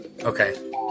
okay